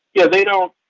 yeah. they don't